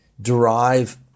derive